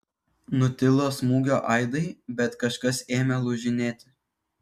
nutilo smūgio aidai bet kažkas ėmė lūžinėti